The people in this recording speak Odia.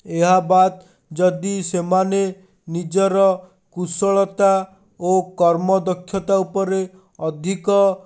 ଏହା ବାଦ୍ ଯଦି ସେମାନେ ନିଜର କୁଶଳତା ଓ କର୍ମ ଦକ୍ଷତା ଉପରେ ଅଧିକ